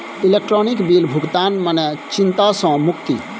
electronic bill भुगतान मने चिंता सँ मुक्ति